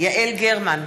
יעל גרמן,